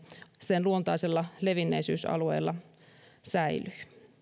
sen luontaisella levinneisyysalueella säilyy